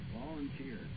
volunteer